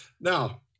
Now